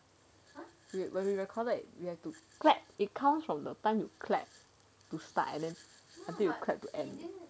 !huh! when we recorded you have to clap it counts comes from the time you clap and then you clap to end